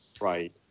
right